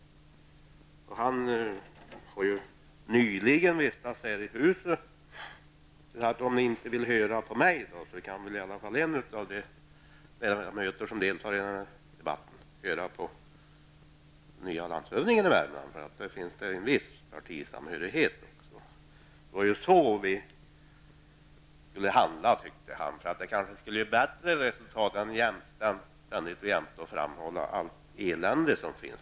Han har ju nyligen vistats här. Om ni inte vill höra på mig, så kan i alla fall en av de ledamöter som deltar i den här debatten höra på den nye landshövdingen i Värmland, för det finns en viss partisamhörighet. Det var så vi skulle handla, tyckte han, för det skulle kanske ge bättre resultat än att ständigt och jämt framhålla allt elände som finns.